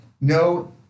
no